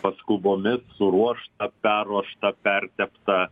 paskubomis suruoštą perruoštą perteptą